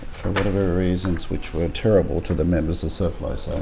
for whatever reasons which were terrible to the members of surf life so